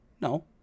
no